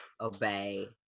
obey